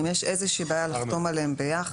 אם יש איזושהי בעיה לחתום עליהם ביחד.